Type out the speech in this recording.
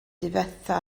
difetha